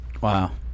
Wow